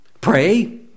pray